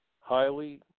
highly